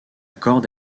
corde